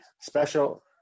Special